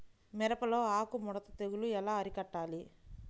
మిరపలో ఆకు ముడత తెగులు ఎలా అరికట్టాలి?